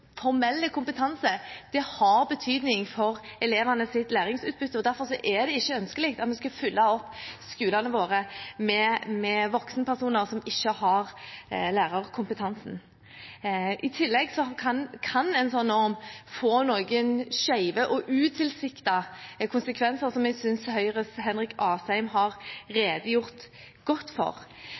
formelle kompetanse har betydning for elevenes læringsutbytte, og derfor er det ikke ønskelig å fylle opp skolene våre med voksenpersoner som ikke har lærerkompetanse. I tillegg kan en slik norm få noen skjeve og utilsiktede konsekvenser som jeg synes Høyres Henrik Asheim har redegjort godt for.